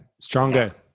stronger